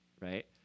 right